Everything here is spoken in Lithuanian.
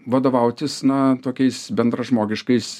vadovautis na tokiais bendražmogiškais